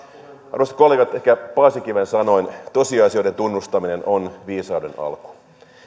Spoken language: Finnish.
arvoisat kollegat ehkä paasikiven sanoin tosiasioiden tunnustaminen on viisauden alku